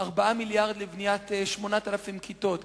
4 מיליארדים לבניית 8,000 כיתות.